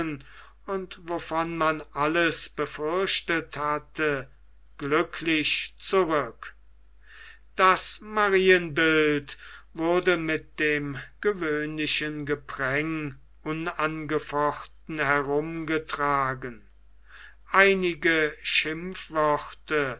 und wovon man alles befürchtet hatte glücklich zurück das marienbild wurde mit dem gewöhnlichen gepräng unangefochten herumgetragen einige schimpfwort